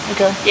Okay